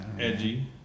edgy